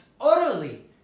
utterly